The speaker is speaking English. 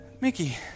Mickey